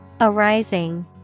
Arising